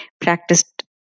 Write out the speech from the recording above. practiced